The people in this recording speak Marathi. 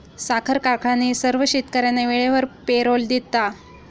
साखर कारखान्याने सर्व शेतकर्यांना वेळेवर पेरोल दिला